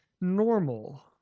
normal